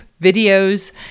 videos